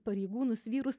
pareigūnus vyrus